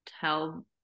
tell